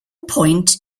point